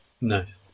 Nice